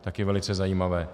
Taky velice zajímavé.